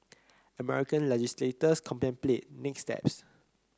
American legislators contemplate next steps